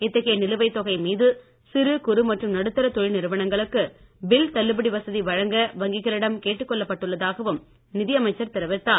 இத்தகைய நிலுவைத் தொகை மீது சிறு குறு மற்றும் நடுத்தர தொழில் நிறுவனங்களுக்கு பில் தள்ளுபடி வசதி வழங்க வங்கிகளிடம் கேட்டுக் கொள்ளப்பட்டுள்ளதாகவும் நிதியமைச்சர் தெரிவித்தார்